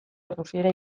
errusiera